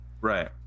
Right